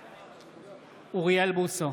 בעד אוריאל בוסו,